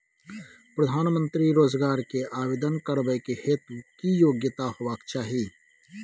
प्रधानमंत्री रोजगार के आवेदन करबैक हेतु की योग्यता होबाक चाही?